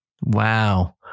Wow